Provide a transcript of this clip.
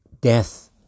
death